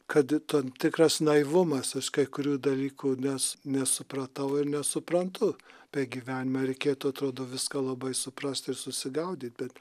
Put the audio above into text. kad tam tikras naivumas aš kai kurių dalykų nes nesupratau ir nesuprantu bet gyvenime reikėtų atrodo viską labai suprast susigaudyt bet